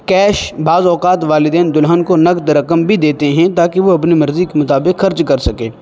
cash بعض اوقات والدین دلہن کو نقد رقم بھی دیتے ہیں تاکہ وہ اپنی مرضی کے مطابق خرچ کر سکے